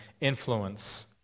influence